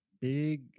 Big